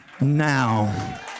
now